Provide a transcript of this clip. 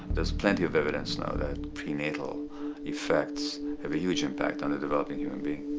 there is plenty of evidence now that prenatal effects have a huge impact on the developing human being.